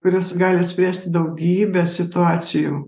kuris gali spręsti daugybę situacijų